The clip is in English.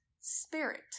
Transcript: spirit